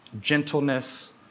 gentleness